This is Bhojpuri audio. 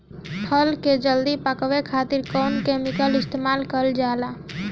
फल के जल्दी पकावे खातिर कौन केमिकल इस्तेमाल कईल जाला?